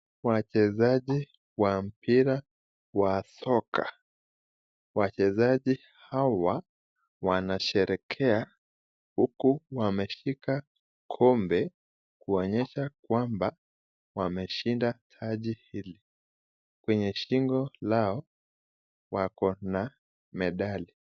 Wachezaji wa mpira wa soka, wachezaji hawa wanasherehekea huku wameshika kombe, kuonyesha kwamba wameshinda taji hili. Kwenye shingo lao wako na medali.